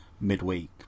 midweek